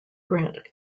grant